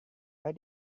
why